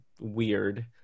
weird